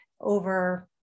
over